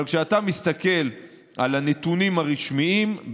אבל כשאתה מסתכל על הנתונים הרשמיים,